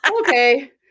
okay